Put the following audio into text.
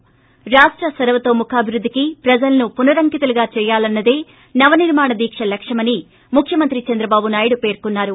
ప్ర రాష్ట సర్వతోముఖాభివృద్దికి ప్రజలను పునరంకితులుగా చేయాలనదే నవనిర్మాణ దీక్ష లక్ష్యమని ముఖ్యమంత్రి చంద్రబాటు నాయుడు పేర్కొన్నారు